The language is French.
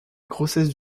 grossesse